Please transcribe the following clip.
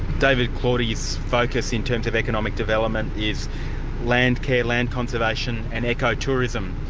david claudie's focus in terms of economic development is land care, land conservation and eco tourism.